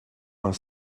vingt